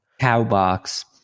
Cowbox